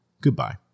Goodbye